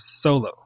Solo